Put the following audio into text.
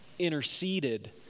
interceded